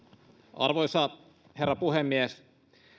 arvoisa herra puhemies